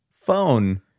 phone